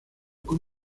con